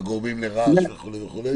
הגורמים לרעש וכו' וכו'?